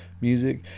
music